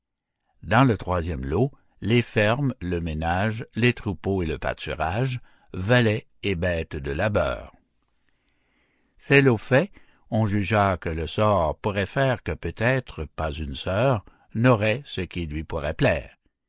dans le troisième lot les fermes le ménage les troupeaux et le pâturage valets et bêtes de labeur ces lots faits on jugea que le sort pourrait faire que peut-être pas une sœur n'auroit ce qui lui pourroit plaire